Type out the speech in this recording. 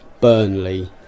Burnley